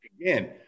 again